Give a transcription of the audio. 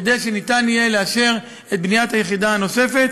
כדי שניתן יהיה לאשר את בניית היחידה הנוספת